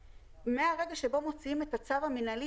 מהרגע שבו מוציאים את הצו המינהלי,